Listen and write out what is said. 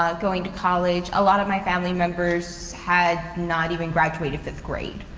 um going to college. a lot of my family members had not even graduated fifth grade.